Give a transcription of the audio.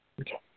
Okay